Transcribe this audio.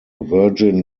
virgin